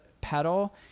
pedal